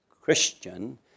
Christian